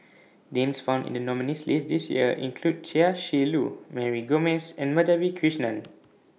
Names found in The nominees' list This Year include Chia Shi Lu Mary Gomes and Madhavi Krishnan